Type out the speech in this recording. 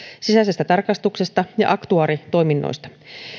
sisäisestä tarkastuksesta ja aktuaaritoiminnoista